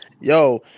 Yo